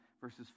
verses